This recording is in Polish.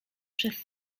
przez